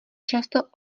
často